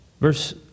Verse